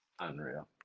Unreal